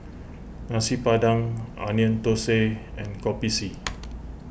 Nasi Padang Onion Thosai and Kopi C